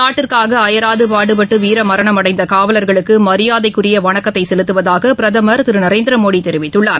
நாட்டிற்காக அயராது பாடுபட்டு வீர மரணமடைந்த காவலர்களுக்கு மரியாதைக்குரிய வணக்கத்தை செலுத்துவதாக பிரதமர் திரு நரேந்திர மோடி தெரிவித்துள்ளார்